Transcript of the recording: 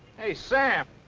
hey, sam!